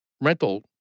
rental